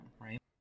right